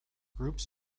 groups